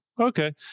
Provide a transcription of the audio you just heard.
Okay